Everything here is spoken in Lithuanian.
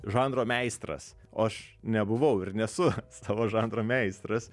žanro meistras o aš nebuvau ir nesu savo žanro meistras